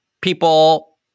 People